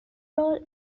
role